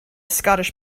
scottish